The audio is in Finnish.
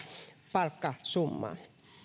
palkkasumma